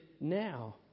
now